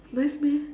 nice meh